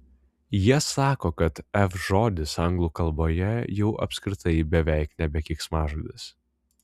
jie sako kad f žodis anglų kalboje jau apskritai beveik nebe keiksmažodis